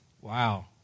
Wow